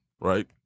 right